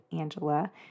Angela